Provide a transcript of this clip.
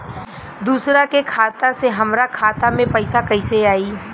दूसरा के खाता से हमरा खाता में पैसा कैसे आई?